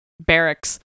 barracks